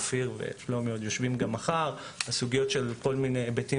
אופיר ושלומי עוד נשב על כך מחר בכל מה שקשור להיבטים